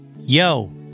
yo